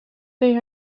they